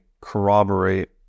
corroborate